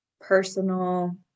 personal